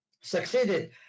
succeeded